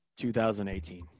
2018